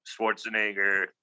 Schwarzenegger